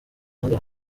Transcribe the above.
ahandi